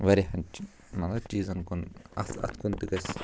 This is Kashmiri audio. واریاہَن مطلب چیٖزَن کُن اَتھ اَتھ کُن تہِ گژھِ